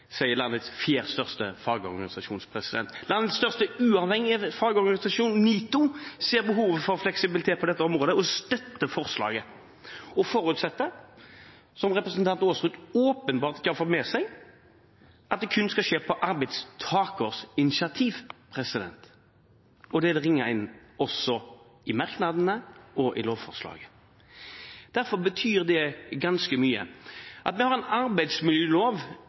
sier landets fjerde største fagorganisasjon. Landets største uavhengige fagorganisasjon, NITO, «ser behovet for fleksibilitet på dette området og støtter forslaget». De forutsetter, noe representanten Aasrud åpenbart ikke har fått med seg, at det kun skal skje på arbeidstakers initiativ. Det er også ringet inn i merknadene og i lovforslaget. Derfor betyr det ganske mye. Vi har en arbeidsmiljølov